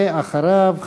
ואחריו,